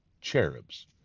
cherubs